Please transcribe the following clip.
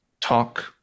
talk